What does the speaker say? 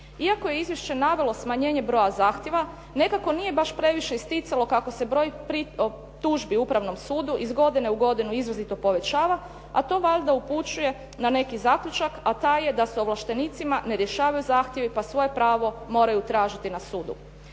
Iako je izvješće navelo smanjenje broja zahtjeva nekako nije baš previše isticalo kako se broj tužbi Upravnom sudu iz godine u godinu izrazito povećava, a to valjda upućuje na neki zaključak, a taj je da se ovlaštenicima ne rješavaju zahtjevi pa svoje pravo moraju tražiti na sudu.